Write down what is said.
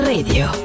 Radio